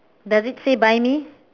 does it say buy me